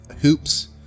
hoops